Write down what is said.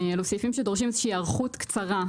אלו סעיפים שדורשים איזה שהיא היערכות קצרה,